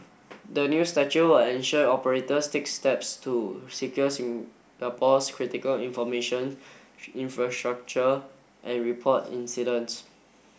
the new statute will ensure operators take steps to secure Singapore's critical information infrastructure and report incidents